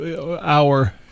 hour